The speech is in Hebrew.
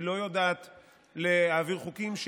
היא לא יודעת להעביר חוקים.